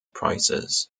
prices